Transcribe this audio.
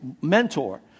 mentor